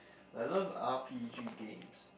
I love R_P_G games